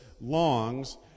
longs